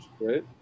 Right